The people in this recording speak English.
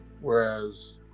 whereas